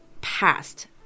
past